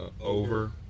over